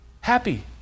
happy